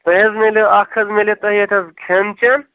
تۄہہِ حظ میلیو اَکھ حظ میلیو تۄہہِ ییٚتنَس کھٮ۪ن چٮ۪ن